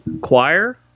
Choir